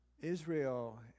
Israel